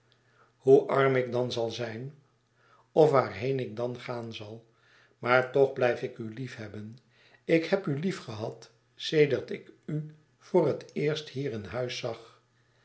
hoe arm ik dan zal zijn of waarheen ik dan gaan zal maar toch blijf ik u liefhebben ik heb u liefgehad sedert ik u voor het eerst hier in huis zag